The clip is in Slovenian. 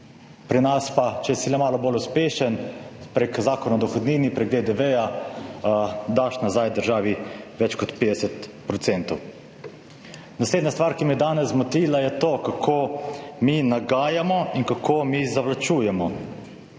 pri nas pa, če si le malo bolj uspešen preko Zakona o dohodnini, prek DDV daš nazaj državi več kot 50 %. Naslednja stvar, ki me je danes zmotila, je to, kako mi nagajamo in kako mi zavlačujemo.